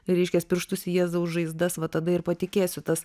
reiškias pirštus į jėzaus žaizdas va tada ir patikėsiu tas